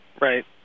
Right